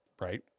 right